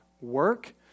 work